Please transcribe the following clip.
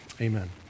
Amen